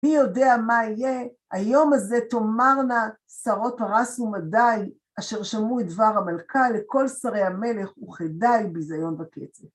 מי יודע מה יהיה? היום הזה תאמרנה שרות פרס ומדי אשר שמעו את דבר המלכה לכל שרי המלך וכדי בזיון וקצף.